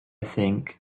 think